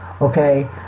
Okay